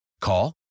Call